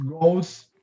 goes